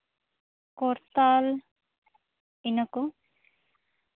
ᱠᱚᱨᱛᱟᱞ ᱤᱱᱟᱹ ᱠᱚ